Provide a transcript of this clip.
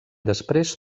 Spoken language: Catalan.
després